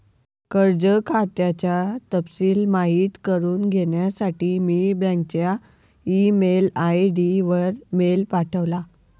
कर्ज खात्याचा तपशिल माहित करुन घेण्यासाठी मी बँकच्या ई मेल आय.डी वर मेल पाठवला